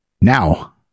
Now